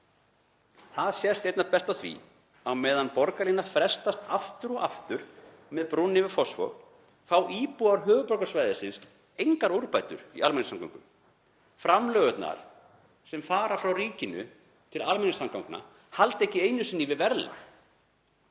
Það sést einna best á því að meðan borgarlínan frestast aftur og aftur, með brúnni yfir Fossvog, fá íbúar höfuðborgarsvæðisins engar úrbætur í almenningssamgöngum. Framlögin frá ríkinu til almenningssamgangna halda ekki einu sinni í við verðlag.